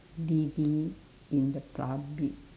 in the public